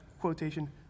Quotation